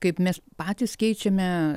kaip mes patys keičiame